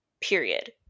period